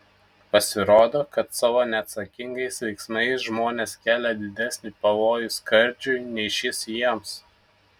pasirodo kad savo neatsakingais veiksmais žmonės kelia didesnį pavojų skardžiui nei šis jiems